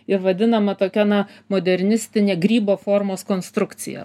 ir vadinama tokia na modernistinė grybo formos konstrukcija